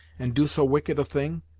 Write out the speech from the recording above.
and do so wicked a thing?